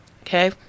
Okay